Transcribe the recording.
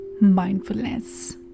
mindfulness